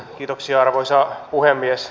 kiitoksia arvoisa puhemies